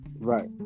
Right